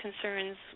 concerns